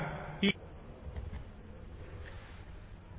आणि ही संख्या 359924 आहे